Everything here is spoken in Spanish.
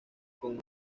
con